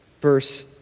Verse